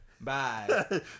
Bye